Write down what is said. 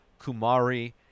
Kumari